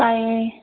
ꯇꯥꯏꯌꯦ